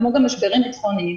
כמו גם במשברים ביטחוניים,